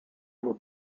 will